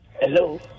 hello